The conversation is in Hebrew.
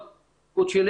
זה לא תחת הפיקוד שלי,